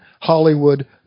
Hollywood